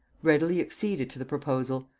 readily acceded to the proposal,